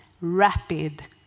rapid